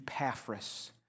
Epaphras